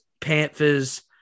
Panthers